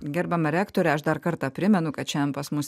gerbiama rektore aš dar kartą primenu kad šiandien pas mus